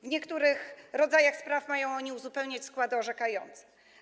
W niektórych rodzajach spraw mają oni uzupełniać składy orzekające.